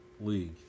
League